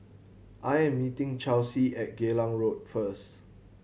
I am meeting Chelsie at Geylang Road first